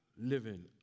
living